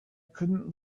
couldn’t